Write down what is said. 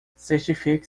certifique